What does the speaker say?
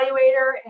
evaluator